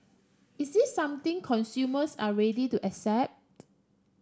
is this something consumers are ready to accept